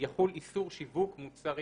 איסור שיווק של המוצר,